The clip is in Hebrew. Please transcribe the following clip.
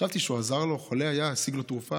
חשבתי שהוא עזר לו: היה חולה, השיג לו תרופה.